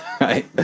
right